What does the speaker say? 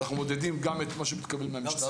אנחנו מודדים גם את מה שמתקבל מהמשטרה,